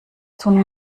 tun